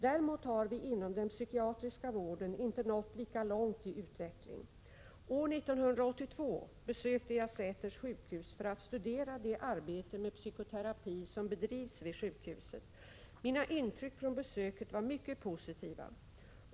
Däremot har vi inom den psykiatriska vården inte nått lika långt i utveckling. År 1982 besökte jag Säters sjukhus för att studera det arbete med psykoterapi som bedrivs vid sjukhuset. Mina intryck från besöket var mycket positiva.